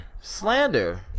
Slander